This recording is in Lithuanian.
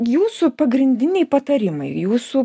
jūsų pagrindiniai patarimai jūsų